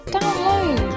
Download